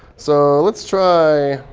so let's try